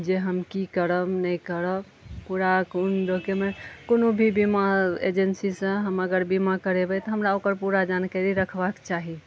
जे हम की करब नहि करब पूरा कोन लोकेमे कोनो भी बीमा एजेंसी सऽ हम अगर बीमा करेबै तऽ हमरा ओकर पूरा जानकारी रखबाक चाही